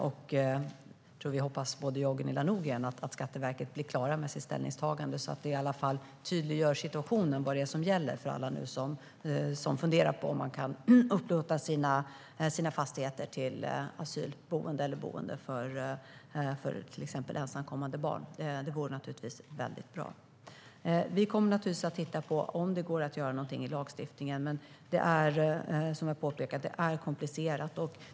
Jag tror att både jag och Gunilla Nordgren hoppas på att Skatteverket blir klart med sitt ställningstagande så att vi tydliggör situationen och vad som gäller för alla som nu funderar på om de kan upplåta sina fastigheter till asylboende eller boende för till exempel ensamkommande barn. Det vore naturligtvis väldigt bra. Vi kommer att titta på om det går att göra någonting i lagstiftningen. Men som jag påpekade är det komplicerat.